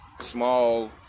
small